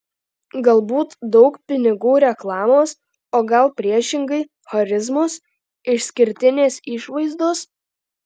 galbūt daug pinigų reklamos o gal priešingai charizmos išskirtinės išvaizdos